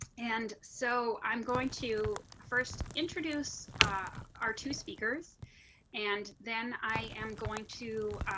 and so i'm going to first introduce our two speakers and then i am going to